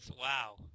Wow